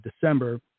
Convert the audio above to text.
December